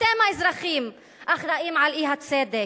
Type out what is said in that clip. אתם האזרחים אחראים לאי-צדק,